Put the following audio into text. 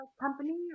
company